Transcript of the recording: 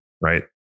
right